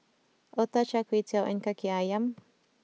Otah Char Kway Teow and Kaki Ayam